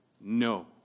no